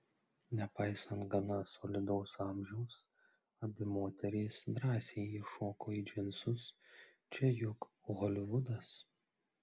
nepaisant gana solidaus amžiaus abi moterys drąsiai įšoko į džinsus čia juk holivudas